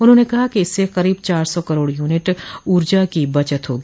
उन्होंने कहा कि इससे करीब चार सौ करोड़ यूनिट ऊर्जा की बचत होगी